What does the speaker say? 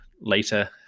later